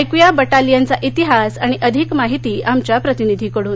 ऐक्या बटालियनचा इतिहास आणि अधिक माहिती आमच्या प्रतिनिधीकडून